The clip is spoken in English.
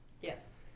Yes